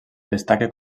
destaca